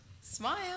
Smile